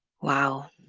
Wow